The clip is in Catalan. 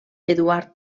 eduard